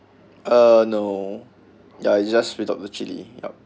uh no ya just without the chilli yup